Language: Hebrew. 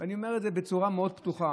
ואני אומר את זה בצורה מאוד פתוחה.